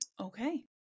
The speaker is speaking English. okay